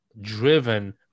driven